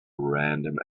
random